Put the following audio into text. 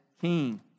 king